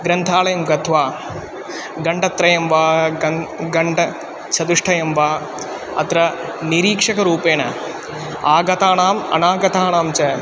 ग्रन्थालयं गत्वा घण्टात्रयं वा गन् गण्ट घण्टाचतुष्टयं वा अत्र निरीक्षकरूपेण आगतानाम् अनागतानां च